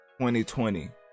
2020